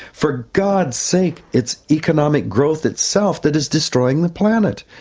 for god's sake, it's economic growth itself that is destroying the planet.